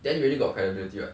then you already got credibility [what]